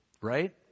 right